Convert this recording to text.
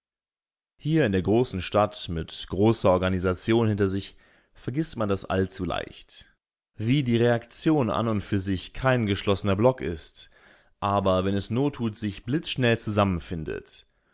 hier in der großen stadt mit großer organisation hinter sich vergißt man das allzu leicht wie die reaktion an und für sich kein geschlossener block ist aber wenn es nottut sich blitzschnell zusammenfindet